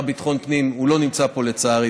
הוא לא נמצא פה, לצערי.